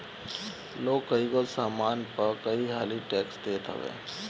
लोग कईगो सामान पअ कई हाली टेक्स देत हवे